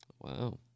Wow